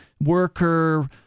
worker